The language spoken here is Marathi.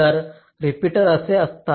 तर रिपीटर असे असतात